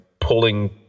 pulling